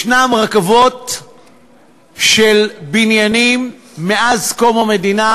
יש רכבות של בניינים מאז קום המדינה,